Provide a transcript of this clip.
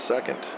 second